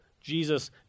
Jesus